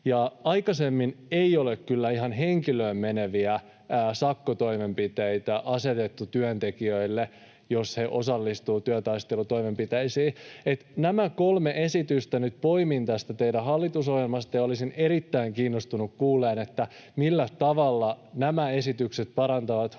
Aikaisemmin ei ole kyllä ihan henkilöön meneviä sakkotoimenpiteitä asetettu työntekijöille, jos he osallistuvat työtaistelutoimenpiteisiin. Nämä kolme esitystä nyt poimin tästä teidän hallitusohjelmasta, ja olisin erittäin kiinnostunut kuulemaan, millä tavalla nämä esitykset parantavat hoito-